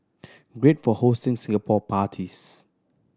great for hosting Singapore parties